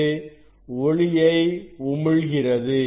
இது ஒளியை உமிழ்கிறது